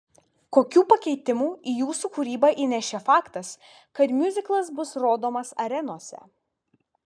kokių pakeitimų į jūsų kūrybą įnešė faktas kad miuziklas bus rodomas arenose